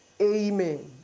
Amen